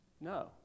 No